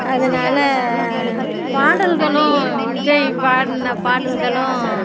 அதனால பாடல்களும் விஜய் பாடின பாடல்களும்